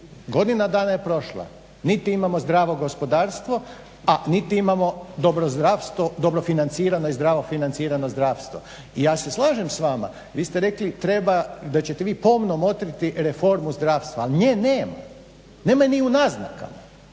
Godina dana je prošla, niti imamo zdravo gospodarstvo, a niti imamo dobro zdravstvo, dobro financirano i zdravo financirano zdravstvo. I ja se slažem s vama, vi ste rekli treba, da ćete vi pomno motriti reformu zdravstva ali nje nema, nema je ni u naznakama,